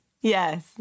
Yes